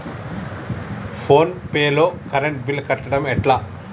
Phone pay లో current bill కట్టడం ఎట్లా?